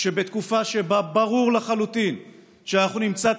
שבתקופה שבה ברור לחלוטין שאנחנו נמצא את